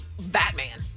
Batman